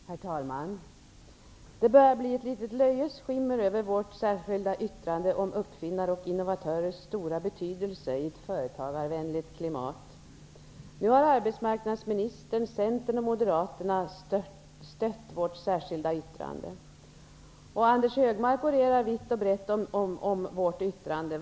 Herr talman! Det börjar bli litet av löjets skimmer över vårt särskilda yttrande om uppfinnares och innovatörers stora betydelse i ett företagarvänligt klimat. Nu har arbetsmarknadsministern, Centern och Moderaterna stött vårt särskilda yttrande. Anders G Högmark orerar om vårt särskilda yttrande.